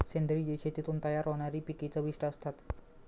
सेंद्रिय शेतीतून तयार होणारी पिके चविष्ट असतात